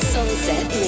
Sunset